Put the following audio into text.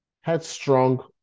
headstrong